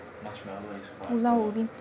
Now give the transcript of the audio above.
marshmallow is forever